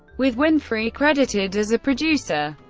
with winfrey credited as a producer.